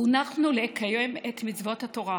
חונכנו לקיים את מצוות התורה,